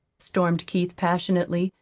stormed keith passionately,